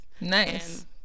Nice